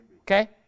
Okay